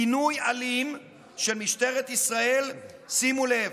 פינוי אלים של משטרת ישראל, שימו לב,